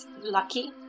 lucky